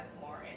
more